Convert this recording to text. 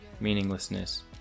meaninglessness